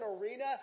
arena